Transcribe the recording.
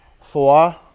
Four